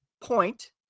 point